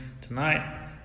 tonight